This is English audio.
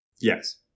Yes